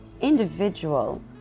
individual